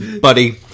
buddy